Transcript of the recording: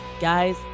guys